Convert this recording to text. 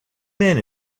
men